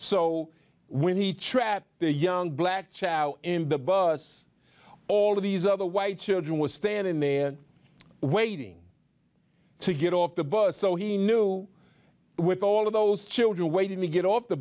so when he trap the young black chow in the bus all of these other white children were standing there waiting to get off the bus so he knew with all of those children waiting to get off the